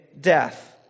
death